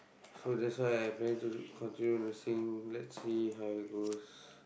so that's why I planning to do continue nursing let's see how it goes